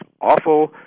awful